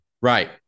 Right